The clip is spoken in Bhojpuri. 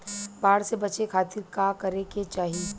बाढ़ से बचे खातिर का करे के चाहीं?